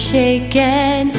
shaken